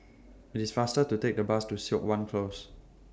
IT IS faster to Take The Bus to Siok Wan Close